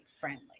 friendly